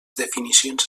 definicions